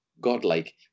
godlike